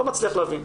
לא מצליח להבין.